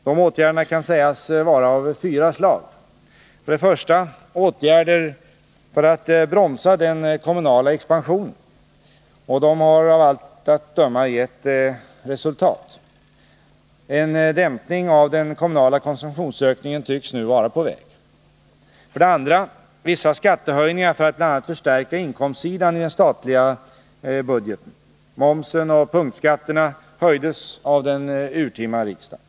Dessa åtgärder kan sägas vara av fyra slag: Det är för det första åtgärder för att bromsa den kommunala expansionen. De har av allt att döma gett resultat. En dämpning av den kommunala konsumtionsökningen tycks nu vara på väg. Det är för det andra vissa skattehöjningar för att bl.a. förstärka inkomstsidan i den statliga budgeten — momsen och punktskatterna höjdes av den urtima riksdagen.